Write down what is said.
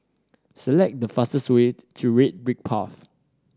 select the fastest way to Red Brick Path